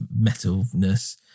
metalness